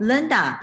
Linda